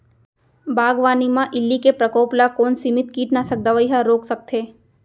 बागवानी म इल्ली के प्रकोप ल कोन सीमित कीटनाशक दवई ह रोक सकथे?